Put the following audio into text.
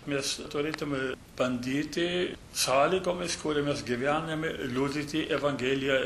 mes turėtume bandyti sąlygomis kuriomis gyvename liudyti evangeliją